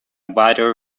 wider